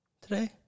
today